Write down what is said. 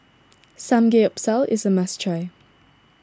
Samgeyopsal is a must try